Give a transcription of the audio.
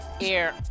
air